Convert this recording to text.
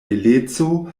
beleco